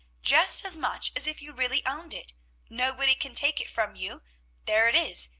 just as much as if you really owned it nobody can take it from you there it is,